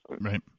Right